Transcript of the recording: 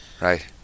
Right